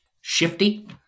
shifty